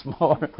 more